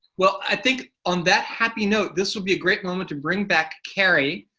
well, i think on that happy note this will be a great moment to bring back carey.